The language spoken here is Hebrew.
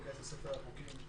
נכנס לספר החוקים.